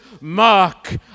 mark